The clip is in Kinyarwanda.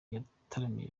yataramiye